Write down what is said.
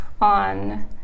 on